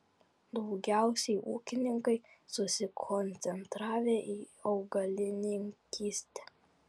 daugiausiai ūkininkai susikoncentravę į augalininkystę